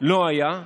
לא היה.